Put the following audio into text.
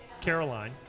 caroline